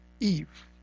Eve